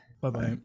Bye-bye